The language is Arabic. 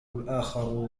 الآخر